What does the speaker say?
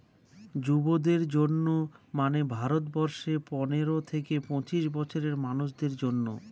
যুবদের জন্য মানে ভারত বর্ষে পনেরো থেকে পঁচিশ বছরের মানুষদের জন্য